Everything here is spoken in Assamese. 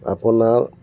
আপোনাৰ